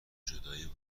جدایی